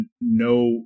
no